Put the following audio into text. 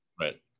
Right